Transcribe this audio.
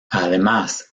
además